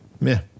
Meh